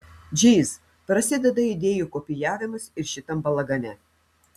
džyz prasideda idėjų kopijavimas ir šitam balagane